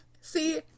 See